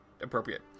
appropriate